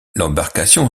l’embarcation